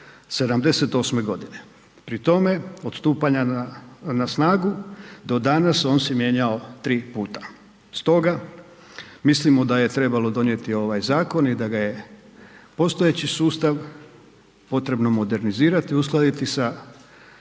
78.-e godine. Pri tome, od stupanja na snagu do danas, on se mijenjao 3 puta. Stoga mislimo da je trebalo donijeti ovaj zakon i da ga je postojeći sustav potrebno modernizirati i uskladiti sa